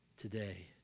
Today